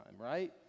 right